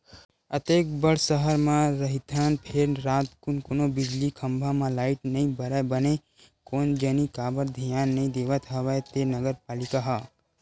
अतेक बड़ सहर म रहिथन फेर रातकुन कोनो बिजली खंभा म लाइट नइ बरय बने कोन जनी काबर धियान नइ देवत हवय ते नगर पालिका ह